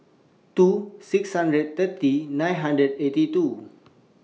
two six hundred thirty nine hundred eighty two